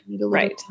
Right